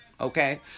Okay